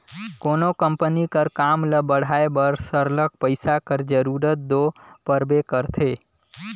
कोनो भी कंपनी कर काम ल बढ़ाए बर सरलग पइसा कर जरूरत दो परबे करथे